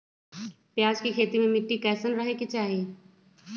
प्याज के खेती मे मिट्टी कैसन रहे के चाही?